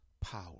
power